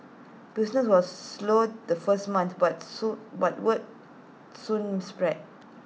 business was slow the first month but soon but word soon spread